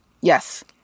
yes